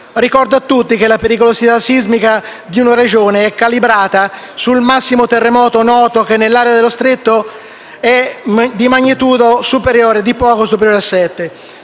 Ricordo a tutti che la pericolosità sismica di una Regione è calibrata sul massimo terremoto noto che nell'area dello stretto è di magnitudo di poco superiore a 7.